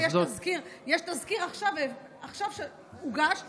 יש תזכיר שהוגש עכשיו,